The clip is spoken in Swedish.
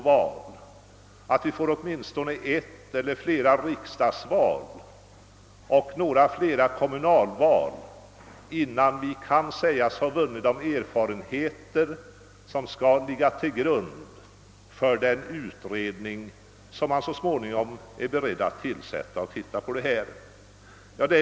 Det skall väl först ha hållits åtminstone ett eller ett par riksdagsval och några fler kommunalval innan vi kan säga att vi har vunnit de erfarenheter som skall ligga till grund för den utredning som skall tillsättas för att se över partistödet.